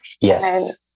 Yes